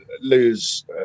lose